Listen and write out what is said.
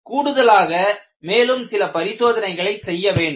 கூடுதலாக மேலும் சில பரிசோதனைகளை செய்ய வேண்டும்